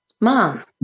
mom